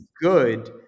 good